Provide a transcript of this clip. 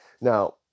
Now